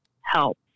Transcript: help